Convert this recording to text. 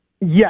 Yes